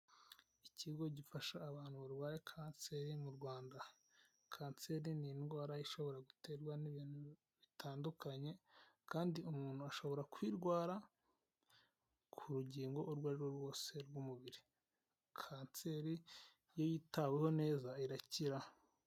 Ikigo gifasha abantu barwaye kanseri mu rwanda kanseri ni indwara ishobora guterwa n'ibintu bitandukanye kandi umuntu ashobora kuyirwara ku rugingo urwo ari rwo rwose rw'umubiri kanseri iyo yitaweho neza irakira.